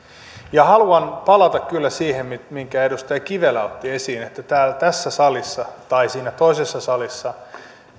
haluan kyllä palata siihen minkä edustaja kivelä otti esiin että tässä salissa tai siinä toisessa salissa